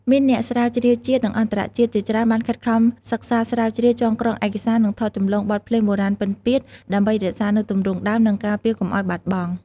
មានអ្នកស្រាវជ្រាវជាតិ និងអន្តរជាតិជាច្រើនបានខិតខំសិក្សាស្រាវជ្រាវ ចងក្រងឯកសារ និងថតចម្លងបទភ្លេងបុរាណពិណពាទ្យ ដើម្បីរក្សានូវទម្រង់ដើម និងការពារកុំឱ្យបាត់បង់។